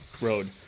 road